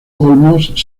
olmos